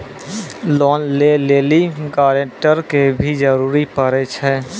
Loan लै लेली guarantor के भी जरूरी पड़ै छै?